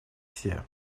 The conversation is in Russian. все